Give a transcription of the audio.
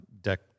deck